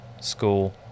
school